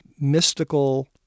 mystical